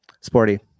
Sporty